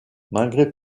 malgré